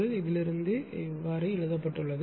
எனவே இதிலிருந்து இப்படி எழுதப்பட்டுள்ளது